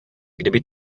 kdyby